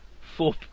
four